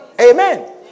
Amen